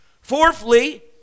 Fourthly